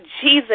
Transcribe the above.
jesus